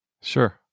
sure